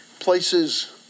places